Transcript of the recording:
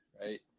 right